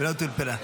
בנות אולפנה.